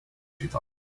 thought